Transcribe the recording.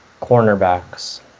cornerbacks